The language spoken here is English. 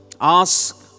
ask